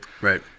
Right